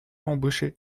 embaucher